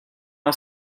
all